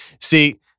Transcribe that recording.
See